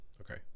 Okay